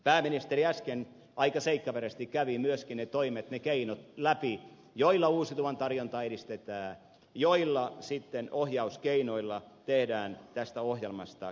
pääministeri äsken aika seikkaperäisesti kävi myöskin ne toimet ja ne keinot läpi joilla uusiutuvan tarjontaa edistetään joilla sitten ohjauskeinoilla tehdään tästä ohjelmasta käytännössä totta